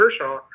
kershaw